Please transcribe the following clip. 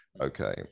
okay